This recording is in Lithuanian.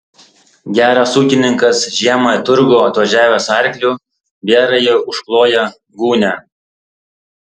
geras ūkininkas žiemą į turgų atvažiavęs arkliu bėrąjį užkloja gūnia